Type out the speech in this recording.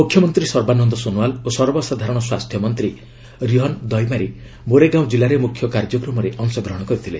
ମୁଖ୍ୟମନ୍ତ୍ରୀ ସର୍ବାନନ୍ଦ ସୋନଓ୍ୱାଲ୍ ଓ ସର୍ବସାଧାରଣ ସ୍ୱାସ୍ଥ୍ୟ ମନ୍ତ୍ରୀ ରିହନ୍ ଦୈମାରୀ ମୋରେଗାଓଁ କିଲ୍ଲାରେ ମୁଖ୍ୟ କାର୍ଯ୍ୟକ୍ରମରେ ଅଂଶଗ୍ରହଣ କରିଥିଲେ